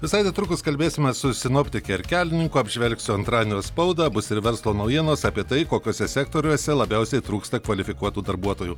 visai netrukus kalbėsime su sinoptike ir kelininku apžvelgsiu antradienio spaudą bus ir verslo naujienos apie tai kokiuose sektoriuose labiausiai trūksta kvalifikuotų darbuotojų